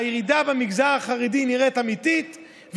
הירידה במגזר החרדי נראית אמיתית,